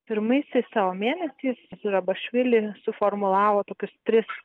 pirmaisiais savo mėnesiais zurabišvili suformulavo tokius tris